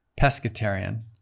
pescatarian